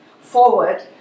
forward